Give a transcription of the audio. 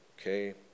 okay